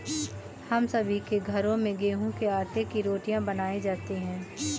हम सभी के घरों में गेहूं के आटे की रोटियां बनाई जाती हैं